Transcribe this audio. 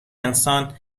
انسان